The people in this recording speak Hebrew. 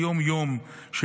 היום-יומית,